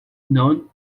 non